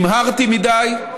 נמהרתי מדי.